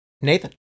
Nathan